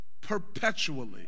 perpetually